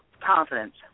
confidence